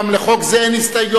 גם לחוק זה אין הסתייגויות,